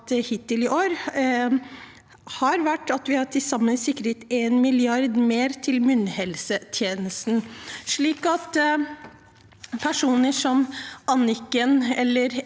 vi til sammen har sikret en milliard mer til munnhelsetjenesten, slik at personer som Anniken eller